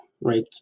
right